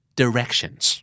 directions